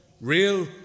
real